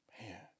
Man